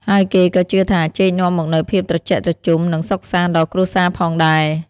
ហើយគេក៏ជឿថាចេកនាំមកនូវភាពត្រជាក់ត្រជុំ និងសុខសាន្តដល់គ្រួសារផងដែរ។